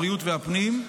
משרד הבריאות ומשרד הפנים.